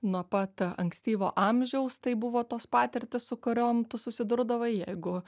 nuo pat ankstyvo amžiaus tai buvo tos patirtys su kuriom tu susidurdavai jeigu